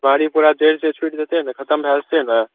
जरि सं छुटि जेतै ने खतम भय जेतै ने